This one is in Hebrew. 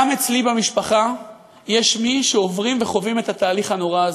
גם אצלי במשפחה יש מי שעוברים וחווים את התהליך הנורא הזה.